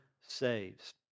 saves